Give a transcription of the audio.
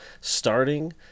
starting